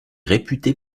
réputé